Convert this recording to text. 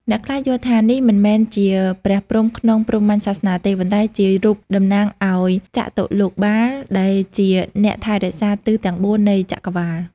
អ្នកខ្លះយល់ថា នេះមិនមែនជាព្រះព្រហ្មក្នុងព្រហ្មញ្ញសាសនាទេ ប៉ុន្តែជារូបតំណាងឱ្យ ចតុលោកបាល ដែលជាអ្នកថែរក្សាទិសទាំងបួននៃចក្រវាឡ។